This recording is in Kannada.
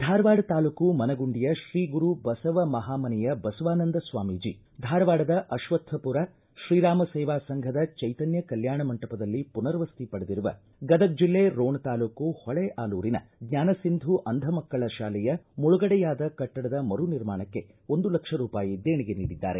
ಧಾರವಾಡ ತಾಲೂಕು ಮನಗುಂಡಿಯ ಶ್ರೀ ಗುರು ಬಸವ ಮಹಾಮನೆಯ ಬಸವಾನಂದ ಸ್ವಾಮೀಜಿ ಧಾರವಾಡದ ಅಕ್ವತ್ಥಪುರ ಶ್ರೀರಾಮ ಸೇವಾ ಸಂಘದ ಚೈತನ್ಯ ಕಲ್ಕಾಣ ಮಂಟಪದಲ್ಲಿ ಪುನರ್ವಸತಿ ಪಡೆದಿರುವ ಗದಗ್ ಜಿಲ್ಲೆ ರೋಣ ತಾಲೂಕು ಹೊಳೆಆಲೂರಿನ ಜ್ವಾನಸಿಂಧು ಅಂಧ ಮಕ್ಕಳ ಶಾಲೆಯ ಮುಳುಗಡೆಯಾದ ಕಟ್ಟಡ ಮರು ನಿರ್ಮಾಣಕ್ಕೆ ಒಂದು ಲಕ್ಷ ರೂಪಾಯಿ ದೇಣಿಗೆ ನೀಡಿದ್ದಾರೆ